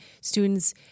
Students